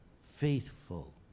faithful